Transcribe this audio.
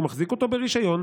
שהוא מחזיק אותו ברישיון,